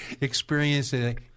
experiencing